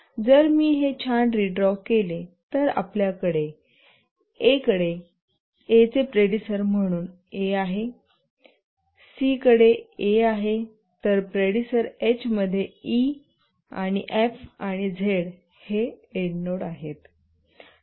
आणि जर मी हे छान रीड्रॉव केले तर आपल्याकडे याकडे A चे प्रेडिसर म्हणून A आहे C कडे A आहे तर प्रेडिसर H मध्ये E आणि F आणि Z हे एंड नोड आहे